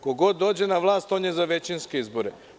Ko god dođe na vlast on je za većinske izbore.